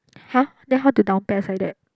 !huh! then how to down pes like that